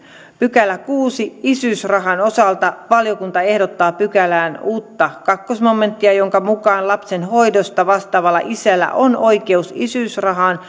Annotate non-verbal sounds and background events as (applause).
pykälä isyysrahan osalta valiokunta ehdottaa pykälään uutta toinen momenttia jonka mukaan lapsen hoidosta vastaavalla isällä on oikeus isyysrahaan (unintelligible)